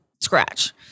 scratch